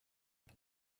what